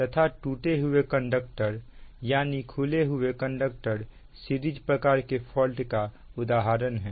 तथा टूटे हुए कंडक्टर यानी खुले हुए कंडक्टर सीरीज प्रकार के फॉल्ट का उदाहरण है